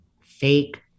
fake